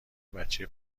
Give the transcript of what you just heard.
بچه